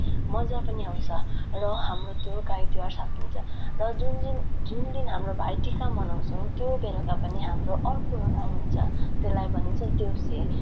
मज्जा पनि आउँछ र हाम्रो त्यो गाई तिहार सकिन्छ र जुन जुन जुन दिन हाम्रो भाइटिका मनाउँछौँ त्यो बेलुका पनि हाम्रो अर्को एउटा हुन्छ त्यसलाई भनिन्छ देउसी